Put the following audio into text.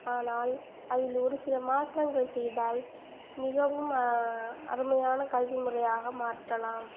ஆனால் அதில் ஒரு சில மாற்றங்கள் செய்தால் மிகவும் அருமையான கல்வி முறையாக மாற்றலாம்